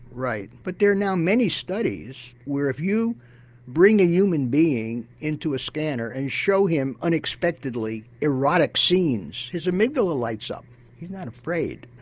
right, but there are now many studies where if you bring a human being into a scanner and show him unexpectedly erotic scenes, his amygdala lights up he's not afraid.